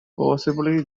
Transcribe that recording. possibly